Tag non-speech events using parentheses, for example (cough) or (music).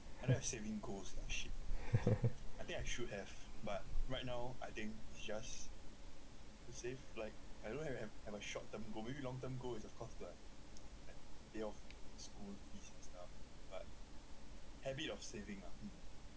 (laughs)